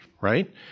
right